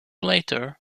later